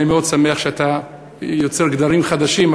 אני מאוד שמח שאתה יוצר גדרים חדשים.